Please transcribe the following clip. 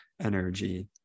energy